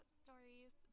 stories